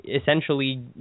essentially